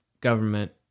government